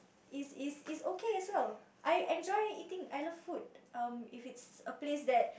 is is is okay as well I enjoy eating I love food um if it's a place that